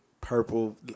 purple